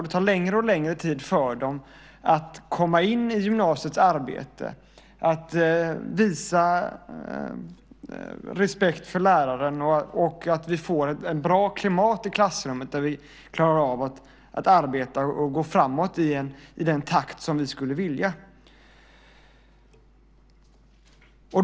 Det tar längre och längre tid för dem att komma in i gymnasiets arbete, att visa respekt för läraren så att vi får ett bra klimat i klassrummet, klarar av att arbeta och gå framåt i den takt som vi vill.